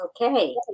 okay